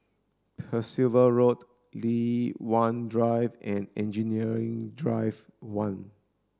Percival Road Li Hwan Drive and Engineering Drive one